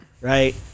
Right